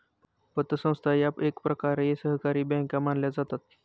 पतसंस्था या एकप्रकारे सहकारी बँका मानल्या जातात